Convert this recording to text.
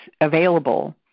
available